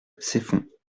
ceffonds